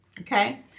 Okay